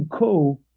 and oh,